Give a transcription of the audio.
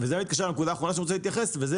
זה מתקשר לנקודה האחרונה שאני רוצה להתייחס וזה